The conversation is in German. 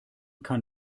kann